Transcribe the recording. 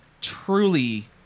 truly